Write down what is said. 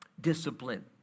discipline